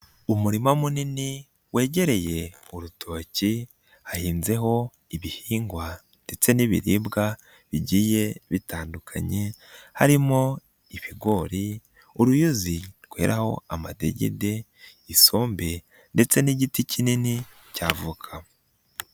Umurima munini wegereye urutoki hahinzeho, ibihingwa ndetse n'ibiribwa bigiye bitandukanye harimo ibigori, uruyuzi rweraho amadegede, isombe ndetse n'igiti kinini cya voka.